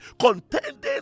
contending